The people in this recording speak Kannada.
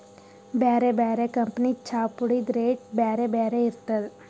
ಬ್ಯಾರೆ ಬ್ಯಾರೆ ಕಂಪನಿದ್ ಚಾಪುಡಿದ್ ರೇಟ್ ಬ್ಯಾರೆ ಬ್ಯಾರೆ ಇರ್ತದ್